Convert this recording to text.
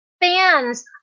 fans